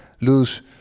lose